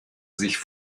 sich